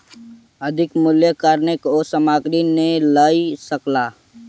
अधिक मूल्यक कारणेँ ओ सामग्री नै लअ सकला